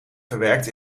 verwerkt